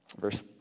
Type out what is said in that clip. verse